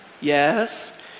Yes